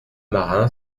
marin